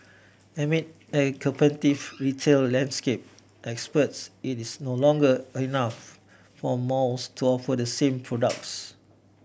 amid a competitive retail landscape experts it is no longer enough for malls to offer the same products